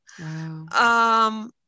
Wow